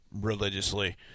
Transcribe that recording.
religiously